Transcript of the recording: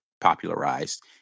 popularized